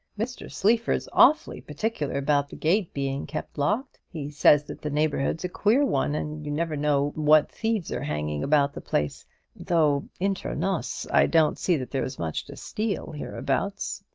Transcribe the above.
mr. sleaford's awfully particular about the gate being kept locked. he says that the neighbourhood's a queer one, and you never know what thieves are hanging about the place though, inter nos, i don't see that there's much to steal hereabouts,